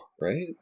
Right